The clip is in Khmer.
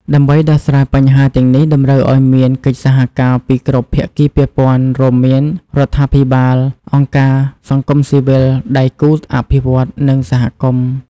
ដើម្បីដោះស្រាយបញ្ហាទាំងនេះ តម្រូវឱ្យមានកិច្ចសហការពីគ្រប់ភាគីពាក់ព័ន្ធ រួមមានរដ្ឋាភិបាល អង្គការសង្គមស៊ីវិល ដៃគូអភិវឌ្ឍន៍ និងសហគមន៍។